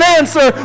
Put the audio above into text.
answer